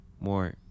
more